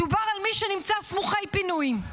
מדובר על מי שנמצא סמוכי פינוי,